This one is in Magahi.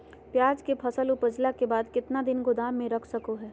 प्याज के फसल उपजला के बाद कितना दिन गोदाम में रख सको हय?